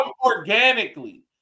organically